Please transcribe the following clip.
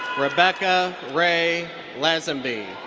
rebecca ray lazenby.